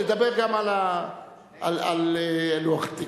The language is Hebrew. לדבר גם על לוח התיקונים.